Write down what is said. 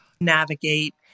navigate